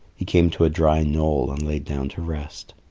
he came to a dry knoll and lay down to rest.